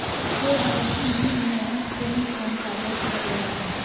KYC में कोन कोन कागज वगैरा?